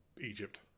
Egypt